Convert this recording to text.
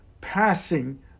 passing